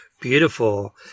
beautiful